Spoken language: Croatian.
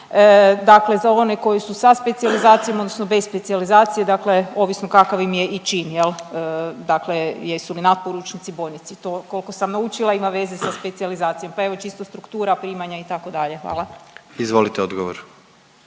dakle za one koji su sa specijalizacijom odnosno bez specijalizacije, dakle ovisno kakav im je i čin jel, dakle jesu li natporučnici, bojnici. To koliko sam naučila ima veze sa specijalizacijom, pa evo čisto struktura primanja itd. Hvala. **Jandroković,